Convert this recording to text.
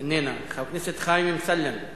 איננה, חבר הכנסת חיים אמסלם,